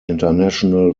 international